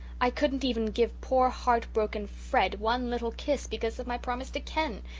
i couldn't even give poor heartbroken fred one little kiss, because of my promise to ken.